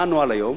מה הנוהל היום?